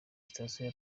sitasiyo